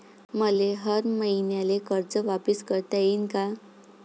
मले हर मईन्याले कर्ज वापिस करता येईन का?